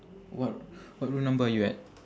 what what room number are you at